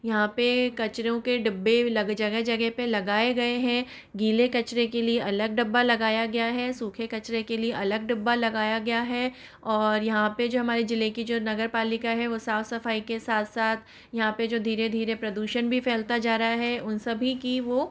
यहाँ पे कचरों के डिब्बे लग जगह जगह पे लगाए गए हैं गीले कचरे के लिए अलग डब्बा लगाया गया है सूखे कचरे के लिए अलग डब्बा लगाया गया है और यहाँ पे जो हमारे जिले की जो नगर पालिका है वह साफ सफाई के साथ साथ यहाँ पे जो धीरे धीरे प्रदूषण भी फैलता जा रहा है उन सभी की वो